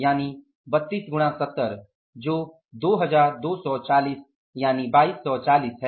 यानि 32 गुणा 70 जो 2240 है